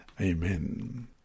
Amen